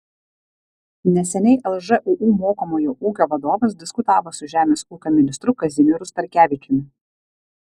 neseniai lžūu mokomojo ūkio vadovas diskutavo su žemės ūkio ministru kazimieru starkevičiumi